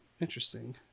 Interesting